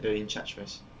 the the in charge first